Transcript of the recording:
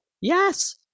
Yes